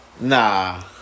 Nah